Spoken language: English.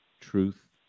truth